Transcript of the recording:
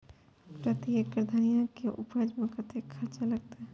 प्रति एकड़ धनिया के उपज में कतेक खर्चा लगते?